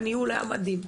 הניהול היה מדהים,